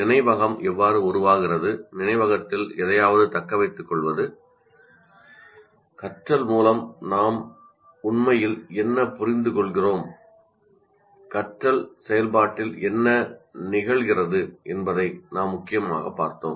நினைவகம் எவ்வாறு உருவாகிறது நினைவகத்தில் எதையாவது தக்கவைத்துக்கொள்வது கற்றல் மூலம் நாம் உண்மையில் என்ன புரிந்துகொள்கிறோம் கற்றல் செயல்பாட்டில் என்ன ஈடுபட்டுள்ளது என்பதை நாம் முக்கியமாகப் பார்த்தோம்